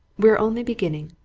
we're only beginning.